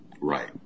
Right